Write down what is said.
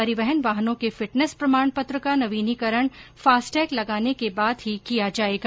परिवहन वाहनों के फिटनेस प्रमाणपत्र का नवीनीकरण फास्टैग लगाने के बाद े ही किया जाएगा